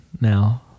now